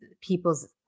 people's